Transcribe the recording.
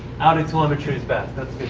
audi telemetry is back. that's good